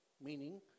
meaning